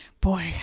Boy